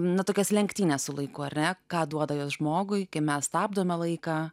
nu tokias lenktynes su laiku ar ne ką duoda jos žmogui kai mes stabdome laiką